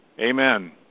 Amen